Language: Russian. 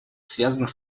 связанных